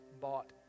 bought